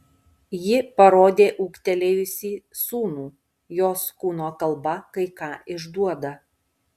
ji parodė ūgtelėjusį sūnų jos kūno kalba kai ką išduoda